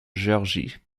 géorgie